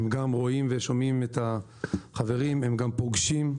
הם גם רואים ושומעים את החברים והם גם פוגשים.